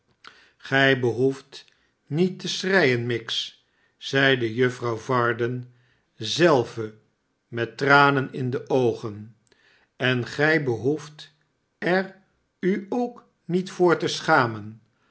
h seft niet te schreien miggs zeide juffrouw varden zelve met tranen in de oogen en gij behoeft er u ook niet voor te schamen